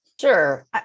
Sure